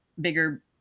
bigger